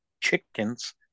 chickens